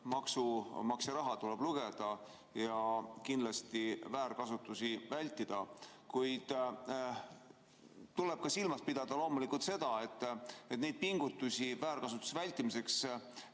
maksumaksja raha tuleb lugeda ja kindlasti väärkasutusi vältida. Kuid tuleb silmas pidada loomulikult ka seda, et neid pingutusi väärkasutuste vältimiseks